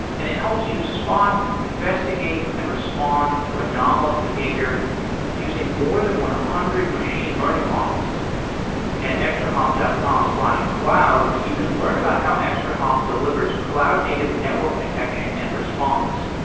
and it helps you spot, investigate and respond to anomalous behavior using more than one hundred machine learning models at extrahop dot com slash cloud, you can learn about how extrahop delivers cloud-native network detection and response.